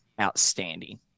outstanding